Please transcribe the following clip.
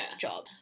job